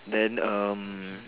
then um